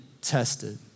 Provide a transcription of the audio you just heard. tested